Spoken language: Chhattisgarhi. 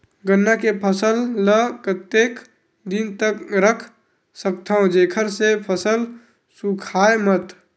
गन्ना के फसल ल कतेक दिन तक रख सकथव जेखर से फसल सूखाय मत?